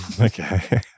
Okay